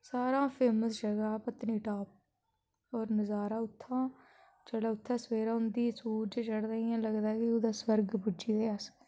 सारां हा फेमस जगह ऐ पत्नीटाप होर नजारा उत्थां जेह्ड़ा उत्थां सवेरे होंदा सूरज चढ़दा इ'यां लगदा कि कुतै स्वर्ग पुज्जी गेदे अस